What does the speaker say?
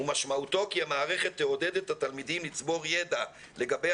ומשמעותו כי המערכת תעודד את התלמידים לצבור ידע לגבי